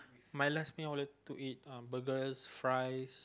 my last meal I wanted to eat was burgers fries